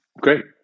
Great